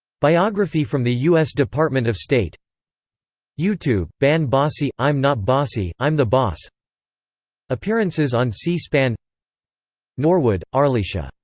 biography from the u s. department of state youtube ban bossy i'm not bossy, i'm the boss appearances on c-span norwood, arlisha.